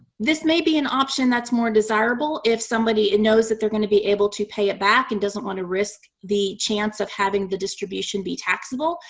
this may be an option that's more desirable if somebody knows that they're going to be able to pay it back and doesn't want to risk the chance of having the distribution be taxable.